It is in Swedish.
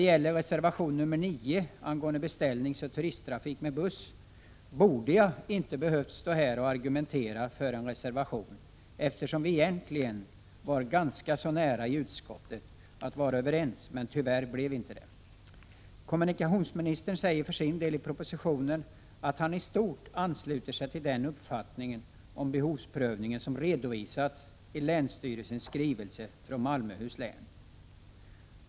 Vad gäller reservation nr 9 angående beställningsoch turisttrafik med buss borde jag inte ha behövt stå här och argumentera för en reservation, eftersom uppfattningarna i utskottet egentligen låg varandra ganska så nära. Tyvärr blev vi dock inte överens. Kommunikationsministern säger för sin del i propositionen att han i stort ansluter sig till den uppfattning om behovsprövningen som redovisas i skrivelsen från länsstyrelsen i Malmöhus län.